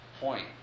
point